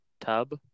tub